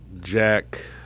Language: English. Jack